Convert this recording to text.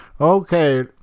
Okay